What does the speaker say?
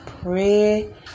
pray